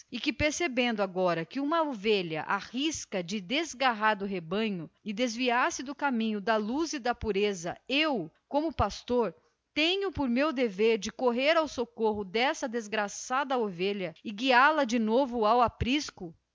que percebendo agora que uma ovelha se desgarra do rebanho e arrisca perder-se do caminho da luz e da pureza é de minha obrigação como pastor correr em socorro da desgraçada e guiá la de novo ao aprisco